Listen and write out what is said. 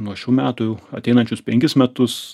nuo šių metų ateinančius penkis metus